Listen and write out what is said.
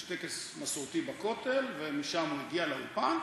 יש טקס מסורתי בכותל ומשם הוא הגיע לאולפן,